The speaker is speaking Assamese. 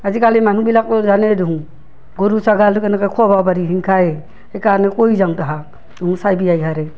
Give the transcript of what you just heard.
আজিকালি মানুহবিলাকো জানেই দেখোন গৰু ছাগাল কেনেকৈ খুৱাব পাৰি হিংসাই সেই কাৰণে কৈ যাওঁ তাহাক তুহো চাবি হাৰে